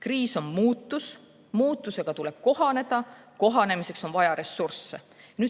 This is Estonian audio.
Kriis on muutus, muutusega tuleb kohaneda, kohanemiseks on vaja ressursse.